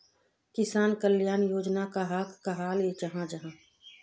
किसान कल्याण योजना कहाक कहाल जाहा जाहा?